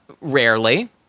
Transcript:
Rarely